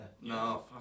No